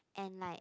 and like